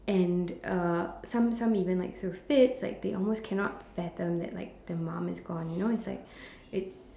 and uh some some even like throw fits like they almost cannot fathom that like their mum is gone you know it's like it's